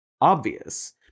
obvious